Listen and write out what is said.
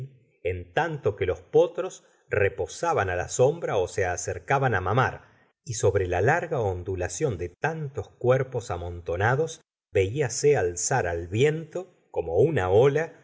en tanto que los potros reposaban la sombra ó se acercaban á mamar y sobre la larga ondulación de tantos cuerpos amontonados velase alzar al viento como una ola